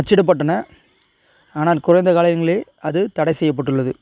அச்சிடப்பட்டன ஆனால் குறைந்த காலங்களில் அது தடை செய்யப்பட்டுள்ளது